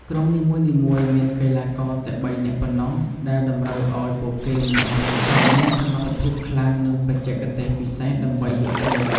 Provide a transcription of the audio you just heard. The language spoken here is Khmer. ក្រុមនីមួយៗមានកីឡាករតែបីនាក់ប៉ុណ្ណោះដែលតម្រូវឲ្យពួកគេម្នាក់ៗត្រូវមានសមត្ថភាពខ្លាំងនិងបច្ចេកទេសពិសេសដើម្បីយកឈ្នះ។